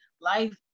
life